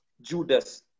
Judas